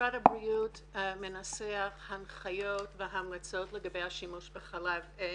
משרד הבריאות מנסח הנחיות והמלצות לגבי השימוש בחלב אם